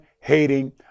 hating